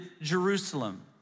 Jerusalem